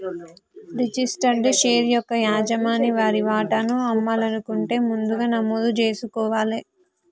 registered share యొక్క యజమాని వారి వాటాను అమ్మాలనుకుంటే ముందుగా నమోదు జేసుకోవాలే